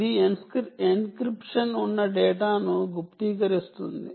ఇది ఎన్క్రిప్షన్ ఉన్న డేటాను గుప్తీకరిస్తుంది